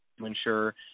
ensure